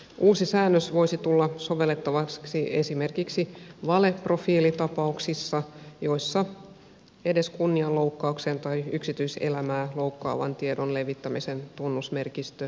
uusi säännös voisi tulla sovellettavaksi esimerkiksi valeprofiilitapauksissa joissa edes kunnianloukkauksen tai yksityiselämää loukkaavan tiedon levittämisen tunnusmerkistö ei täyttyisi